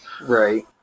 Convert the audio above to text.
Right